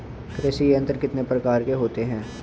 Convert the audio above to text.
कृषि यंत्र कितने प्रकार के होते हैं?